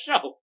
show